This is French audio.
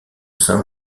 sein